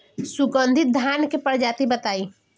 सुगन्धित धान क प्रजाति बताई?